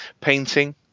painting